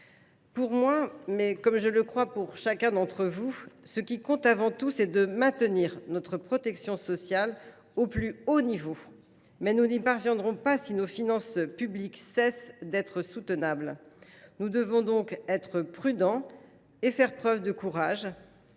Pour moi, comme pour chacun d’entre vous, ce qui compte avant tout, c’est de maintenir notre protection sociale au plus haut niveau. Mais nous n’y parviendrons pas si nos finances publiques cessent d’être soutenables. Nous devrons donc être prudents et courageux. Ce sera